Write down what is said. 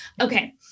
okay